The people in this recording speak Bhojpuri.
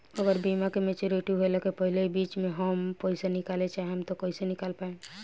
अगर बीमा के मेचूरिटि होला के पहिले ही बीच मे हम पईसा निकाले चाहेम त कइसे निकाल पायेम?